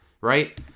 right